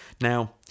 Now